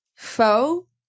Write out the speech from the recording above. faux